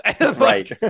Right